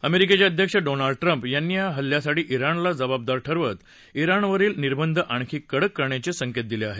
अमेरिकेचे अध्यक्ष Donald Trump यांनी या हल्ल्यासाठी इराणला जबाबदार ठरवत इराणवरील निबंध आणखी कडक करण्याचे संकेत दिले आहेत